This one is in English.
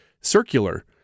circular